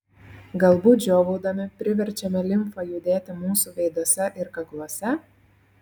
galbūt žiovaudami priverčiame limfą judėti mūsų veiduose ir kakluose